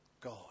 God